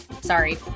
sorry